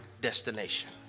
destination